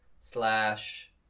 Slash